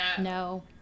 No